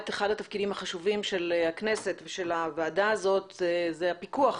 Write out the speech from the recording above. אחד התפקידים החשובים של הכנסת ושל הוועדה הזו הוא פיקוח